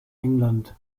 england